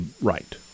right